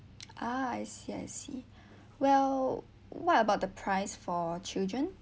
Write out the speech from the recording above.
ah I see I see well what about the price for children